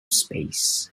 space